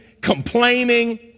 complaining